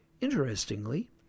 Interestingly